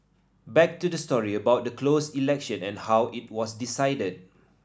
back to the story about the closed election and how it was decided